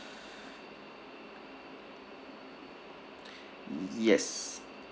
yes